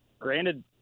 Granted